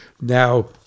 Now